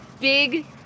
big